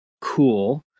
cool